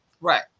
Right